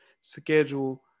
schedule